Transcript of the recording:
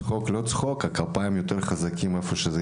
צחוק או לא צחוק הכפיים היו יותר חזקים בנינג'ה.